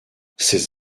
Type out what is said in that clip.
ses